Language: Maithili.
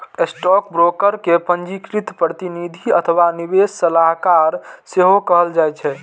स्टॉकब्रोकर कें पंजीकृत प्रतिनिधि अथवा निवेश सलाहकार सेहो कहल जाइ छै